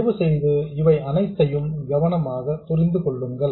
தயவுசெய்து இவை அனைத்தையும் கவனமாக புரிந்து கொள்ளுங்கள்